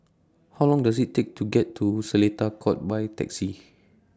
How Long Does IT Take to get to Seletar Court By Taxi